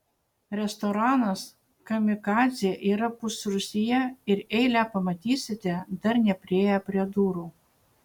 restoranas kamikadzė yra pusrūsyje ir eilę pamatysite dar nepriėję prie durų